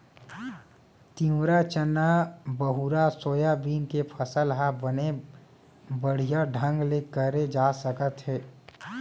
तिंवरा, चना, बहुरा, सोयाबीन के फसल ह बने बड़िहा ढंग ले करे जा सकत हे